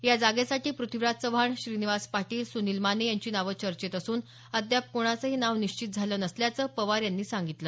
या जागेसाठी प्रथ्वीराज चव्हाण श्रीनिवास पाटील सुनील माने यांची नावं चर्चेत असून अद्याप कोणाचंही नाव निश्चित झालं नसल्याचं पवार यांनी सांगितलं